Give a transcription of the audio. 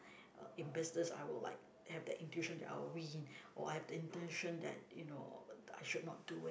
uh in business I would like have the intuition that I would win or I have the intention that you know I should not do it